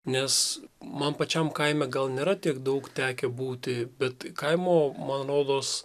nes man pačiam kaime gal nėra tiek daug tekę būti bet kaimo man rodos